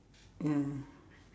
and